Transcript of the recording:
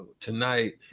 tonight